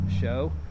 show